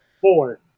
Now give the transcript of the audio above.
four